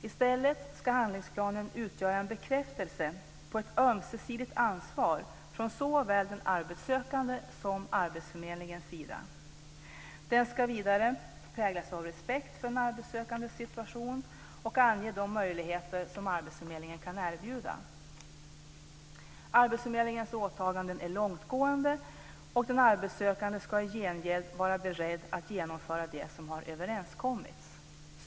I stället ska handlingsplanen utgöra en bekräftelse på ett ömsesidigt ansvar från såväl den arbetssökande som arbetsförmedlingen. Den ska vidare präglas av respekt för den arbetssökandes situation och ange de möjligheter som arbetsförmedlingen kan erbjuda. Arbetsförmedlingens åtaganden är långtgående, och den arbetssökande ska i gengäld vara beredd att genomföra det som har överenskommits.